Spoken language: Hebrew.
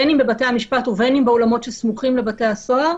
בין אם בבתי המשפט ובין אם באולמות שסמוכים לבתי הסוהר,